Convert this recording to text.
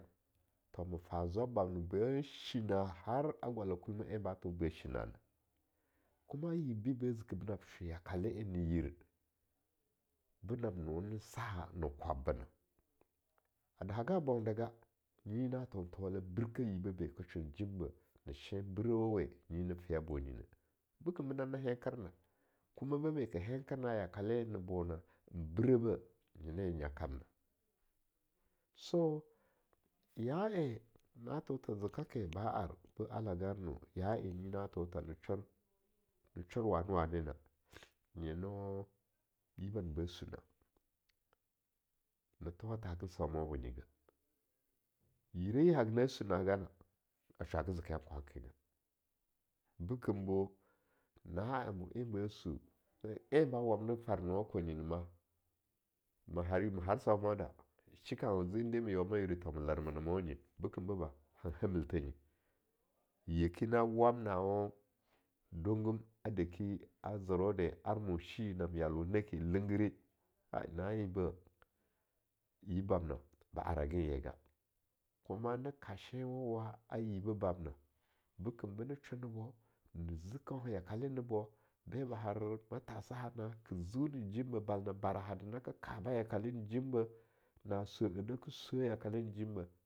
To ma fa zwab bamna bashi nan har a gwala kumeh enba tho be ba shi naana, kuma yibbe ba ziki binab shwe yakale neyir benab nonen saha ne kwabbena, a dahaga bona da ga nyina tho thowala birkeh yibeh be ke shwen jimbe, ne shan breu we nyi na fea bonyinah bekem be na ne henker na'a kumeh ba be ka hanker na'a yakale ne bona, nbrebeh nyina ye nyakkam na, so ya en na thotha zeka ke ba arbo algarnona, ya en nyi na tho tha na shor, ne shor wane-wane na, nyino yib bamna ba su na'a na thowa tha hagan saumawa bo nyigeh yire ye haga na suna gana a swa zeke yan kwankega, bekembo naa amna en basu, n en ba wande farmuwa kwenyi ne ma, harbaumou da, shi kaunawa zi lnde ma yeowa ma yiu de tho ma lermenoma nye, bekem boba, han hamilthe nye, bekem boba, han hamilthe nye, yeki na wam nawo dungum a daki a zerwo de, ar mu shiyi nam yal wo naki Lingiri, kai na enbeh, yib bamna ba aragan yega, kuma na ka shenwa a yibeh bamna, bekembe ne sho nabo, ne zi kaunha yakale ne bo, be ba har matasaha na ke ziunin jimbeh bala na barahade nake kaba yakalenn jimbeh, na swe-eh nake swe yakalen jimbeh.